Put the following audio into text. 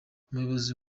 umuyobozi